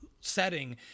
setting